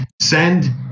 send